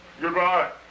Goodbye